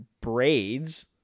braids